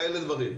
כאלה דברים.